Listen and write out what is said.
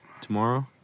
tomorrow